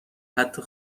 حتی